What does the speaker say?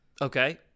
okay